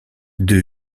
deux